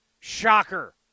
Shocker